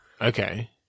Okay